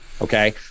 Okay